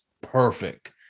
perfect